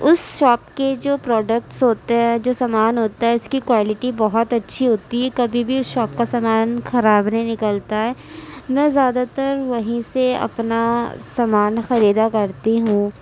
اس shop کے جو products ہوتے ہیں جو سامان ہوتا ہے اس کی کوالٹی بہت اچھی ہوتی ہے کبھی بھی اس شاپ کا سامان خراب نہیں نکلتا ہے میں زیادہ تر وہیں سے اپنا سامان خریدا کرتی ہوں